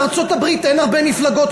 בארצות-הברית אין הרבה מפלגות,